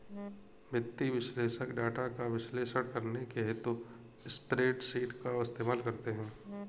वित्तीय विश्लेषक डाटा का विश्लेषण करने हेतु स्प्रेडशीट का इस्तेमाल करते हैं